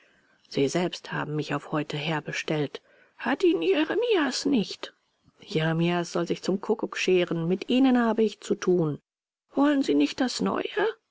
sie selbst haben mich auf heute herbestellt hat ihnen jeremias nicht jeremias soll sich zum kuckuck scheren mit ihnen habe ich zu tun wollen sie nicht das neue